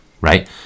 right